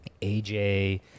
aj